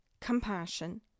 compassion